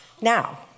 Now